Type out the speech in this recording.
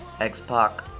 X-Pac